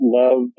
love